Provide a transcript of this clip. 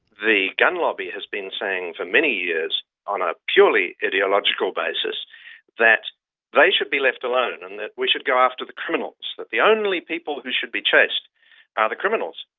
the gun lobby has been saying for many years on a purely ideological basis that they should be left alone and and that we should go after the criminals, that the only people who should be chased are the criminals,